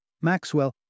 Maxwell